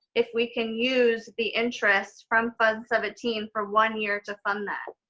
if we can use the interest from fund seventeen for one year to fund that?